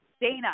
Dana